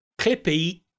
Clippy